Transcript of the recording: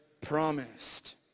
promised